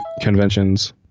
conventions